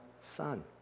son